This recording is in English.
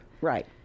Right